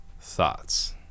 thoughts